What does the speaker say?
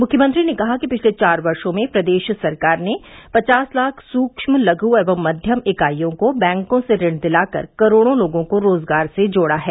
मुख्यमंत्री ने कहा कि पिछले चार वर्षो में प्रदेश सरकार ने पचास लाख सूक्ष्म लघु एवं मध्यम इकाइयों को बैंकों से ऋण दिलाकर करोड़ों लोगो को रोजगार से जोड़ा है